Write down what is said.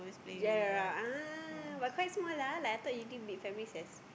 ah but quite small ah like I thought usually big families has